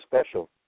special